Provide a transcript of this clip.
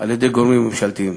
על-ידי גורמים ממשלתיים.